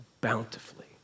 bountifully